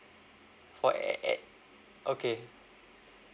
for a~ ad okay